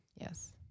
Yes